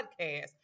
podcast